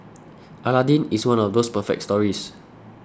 Aladdin is one of those perfect stories